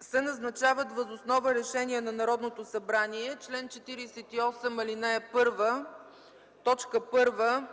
се назначават въз основа решение на Народното събрание. Член 48, ал. 1, т. 1